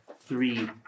three